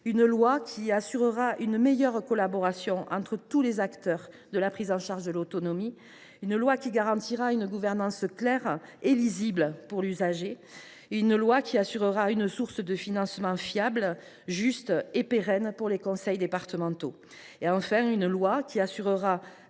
une loi qui assurera une meilleure collaboration entre tous les acteurs de la prise en charge de l’autonomie, une loi qui garantira une gouvernance claire et lisible pour l’usager, une loi qui assurera une source de financement fiable, juste et pérenne pour les conseils départementaux, une loi, enfin, qui permettra